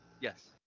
Yes